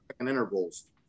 intervals